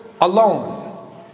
alone